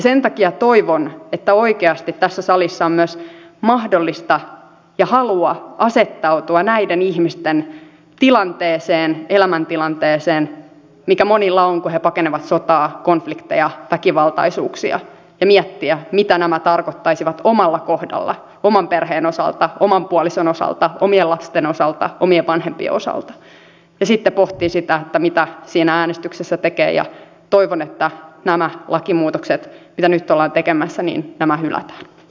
sen takia toivon että oikeasti tässä salissa on myös mahdollista ja halua asettautua näiden ihmisten tilanteeseen elämäntilanteeseen mikä monilla on kun he pakenevat sotaa konflikteja väkivaltaisuuksia ja miettiä mitä nämä tarkoittaisivat omalla kohdalla oman perheen osalta oman puolison osalta omien lasten osalta omien vanhempien osalta ja sitten pohtia sitä mitä siinä äänestyksessä tekee ja toivon että nämä lakimuutokset mitä nyt ollaan tekemässä hylätään